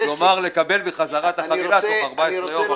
כלומר לקבל בחזרה את החבילה בתוך 14 ימים.